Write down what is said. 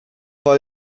vad